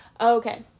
Okay